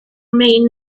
may